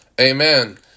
Amen